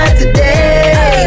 today